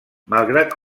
malgrat